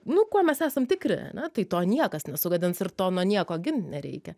nu kuo mes esam tikri ane tai to niekas nesugadins ir to nuo nieko gint nereikia